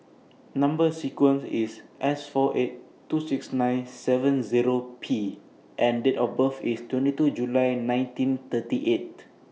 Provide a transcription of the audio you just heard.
Number sequence IS S four eight two six nine seven Zero P and Date of birth IS twenty two July nineteen thirty eight